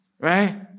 right